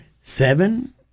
seven